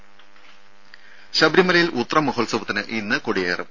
ദ്ദേ ശബരിമലയിൽ ഉത്രം മഹോത്സവത്തിന് ഇന്ന് കൊടിയേറും